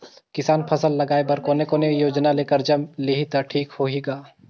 किसान फसल लगाय बर कोने कोने योजना ले कर्जा लिही त ठीक होही ग?